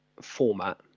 format